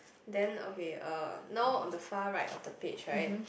then okay uh now on the far right of the page right